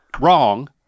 wrong